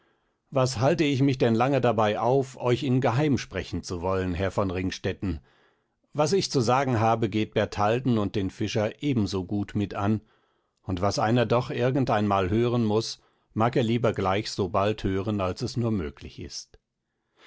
was halte ich mich denn lange dabei auf euch in geheim sprechen zu wollen herr von ringstetten was ich zu sagen habe geht bertalden und den fischer ebensogut mit an und was einer doch irgend einmal hören muß mag er lieber gleich so bald hören als es nur möglich ist